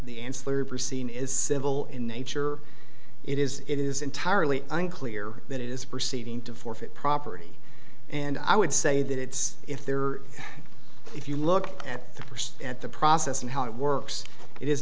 scene is civil in nature it is it is entirely unclear that it is proceeding to forfeit property and i would say that it's if there are if you look at the first at the process and how it works it is